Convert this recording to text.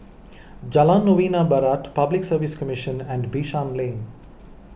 Jalan Novena Barat Public Service Commission and Bishan Lane